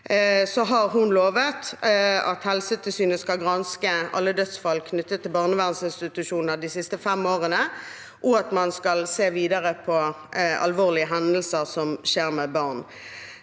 har hun lovet at Helsetilsynet skal granske alle dødsfall knyttet til barnevernsinstitusjoner de siste fem årene, og at man skal se videre på alvorlige hendelser som skjer med barn.